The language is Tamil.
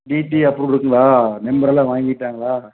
டிடி அப்ரூவ்ட் இருக்குதுங்களா நெம்பரெல்லாம் வாங்கிவிட்டாங்களா